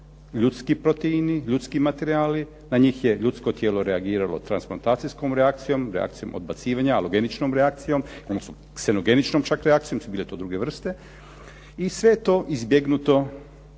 ljudski proteini, ljudski materijali. Na njih je ljudsko tijelo reagiralo transplantacijskom reakcijom, reakcijom odbacivanja, alugeničnom reakcijom, odnosno ksenogeničnom čak reakcijom jer su bile to druge vrste i sve je to izbjegnuto